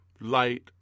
light